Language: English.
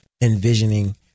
envisioning